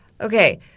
Okay